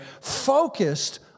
focused